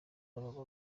yavamo